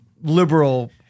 liberal